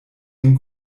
dem